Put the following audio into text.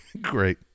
Great